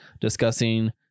discussing